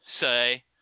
say